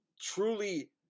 truly